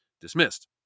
dismissed